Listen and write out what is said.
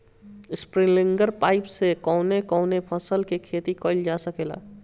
Sprinkler pipe से कवने कवने फसल क खेती कइल जा सकेला?